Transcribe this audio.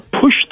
push